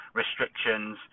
restrictions